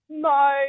No